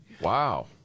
Wow